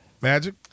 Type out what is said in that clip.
Magic